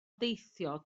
deithio